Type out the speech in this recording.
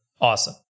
awesome